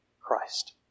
Christ